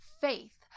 faith